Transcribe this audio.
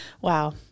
Wow